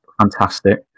fantastic